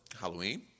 Halloween